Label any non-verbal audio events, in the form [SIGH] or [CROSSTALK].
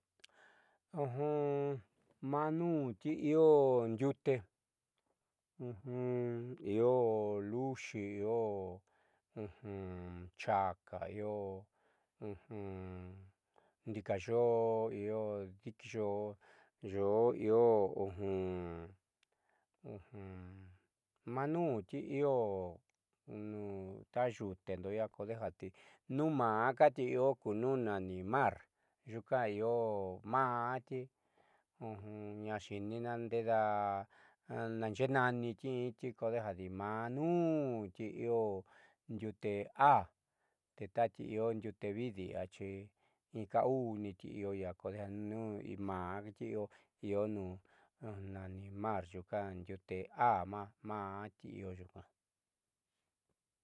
[HESITATION] maa nuun ti'i io yute [HESITATION] io luuxi io [HESITATION] chaka io [HESITATION] ndiikayoo io yo'o io maa nuun ti'io ta yutendo kodeja nuun maá kati io ku nani mar yuuka io maati ñaaxiinina ndeedaa naaxeé naniti inti kodejadi maa nuunti io ndiute aaa te tati io ndiute viidi iaxi inkuuuniti loiia kodeja tniuu maa ioti io nuun loani mar yuuka ndiute aaa maáti io yuunka.